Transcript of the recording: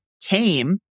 came